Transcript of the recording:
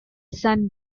sun